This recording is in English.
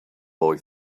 boy